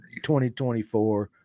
2024